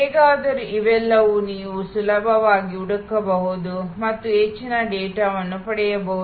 ಹೇಗಾದರೂ ಇವೆಲ್ಲವೂ ನೀವು ಸುಲಭವಾಗಿ ಹುಡುಕಬಹುದು ಮತ್ತು ಹೆಚ್ಚಿನ ಡೇಟಾವನ್ನು ಪಡೆಯಬಹುದು